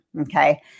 okay